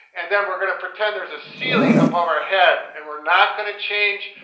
and then we're gonna pretend there's a ceiling above our head and we're not gonna change,